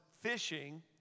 fishing